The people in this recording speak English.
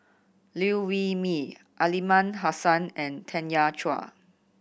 Liew Wee Mee Aliman Hassan and Tanya Chua